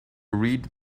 read